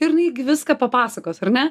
ir jinai gi viską papasakos ar ne